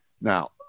now